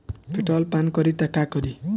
Petrol पान करी त का करी?